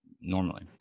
normally